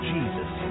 Jesus